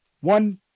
One